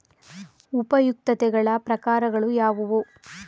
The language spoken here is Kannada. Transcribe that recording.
ಉಪಯುಕ್ತತೆಗಳ ಪ್ರಕಾರಗಳು ಯಾವುವು?